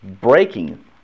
breaking